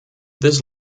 this